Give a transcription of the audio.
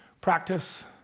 practice